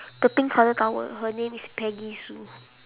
the pink colour towel her name is peggy sue